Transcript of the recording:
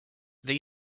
they